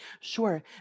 Sure